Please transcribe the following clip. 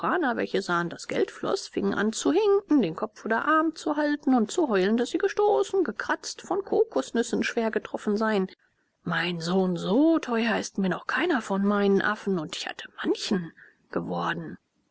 welche sahen daß geld floß fingen an zu hinken den kopf oder arm zu halten und zu heulen daß sie gestoßen gekratzt von kokosnüssen schwer getroffen seien mein sohn so teuer ist mir noch keiner von meinen affen und ich hatte manchen geworden